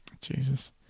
Jesus